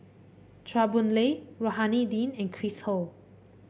Chua Boon Lay Rohani Din and Chris Ho